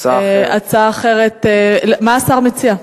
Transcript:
מה השר מציע?